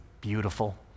beautiful